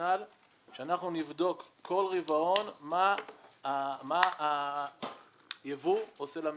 רציונל שנבדוק כל רבעון מה היבוא עושה למשק.